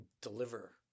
deliver